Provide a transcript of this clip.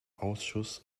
ausschuss